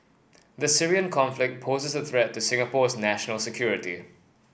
the Syrian conflict poses a threat to Singapore's national security